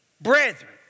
brethren